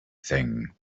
thing